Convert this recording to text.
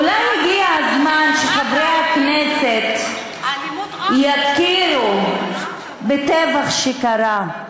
אולי הגיע הזמן שחברי הכנסת יכירו בטבח שקרה,